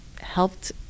helped